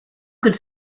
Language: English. could